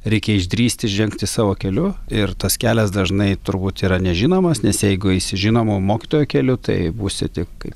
reikia išdrįsti žengti savo keliu ir tas kelias dažnai turbūt yra nežinomas nes jeigu eisi žinomo mokytojo keliu tai būsi tik kai